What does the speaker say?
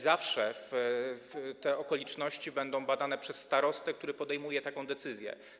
Zawsze te okoliczności będą badane przez starostę, który podejmuje taką decyzję.